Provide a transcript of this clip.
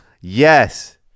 Yes